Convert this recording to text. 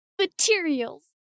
materials